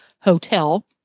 Hotel